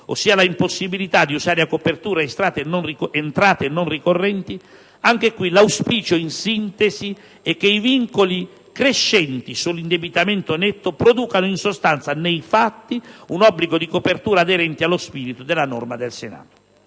ossia la impossibilità di usare a copertura entrate non ricorrenti, anche qui l'auspicio, in sintesi, è che i vincoli crescenti sull'indebitamento netto producano in sostanza, nei fatti, un obbligo di copertura aderente allo spirito della norma del Senato.